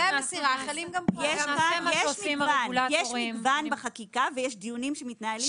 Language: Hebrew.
בחקיקה יש מגוון ויש דיונים שמתנהלים.